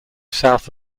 south